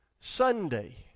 Sunday